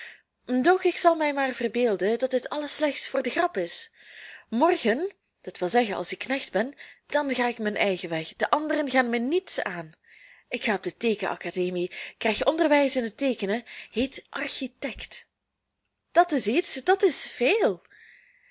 doch ik zal mij maar verbeelden dat dit alles slechts voor de grap is morgen dat wil zeggen als ik knecht ben dan ga ik mijn eigen weg de anderen gaan mij niets aan ik ga op de teekenacademie krijg onderwijs in het teekenen heet architect dat is iets dat is veel